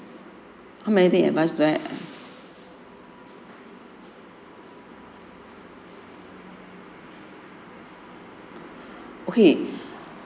how many days in advance do I have okay